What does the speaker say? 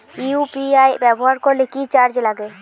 UPI ব্যবহার করলে কি চার্জ লাগে?